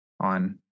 on